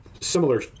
similar